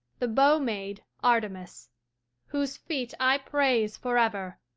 the bow-maid artemis whose feet i praise for ever,